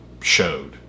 showed